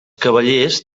cavallers